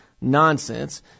nonsense